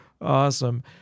Awesome